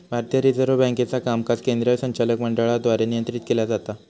भारतीय रिझर्व्ह बँकेचा कामकाज केंद्रीय संचालक मंडळाद्वारे नियंत्रित केला जाता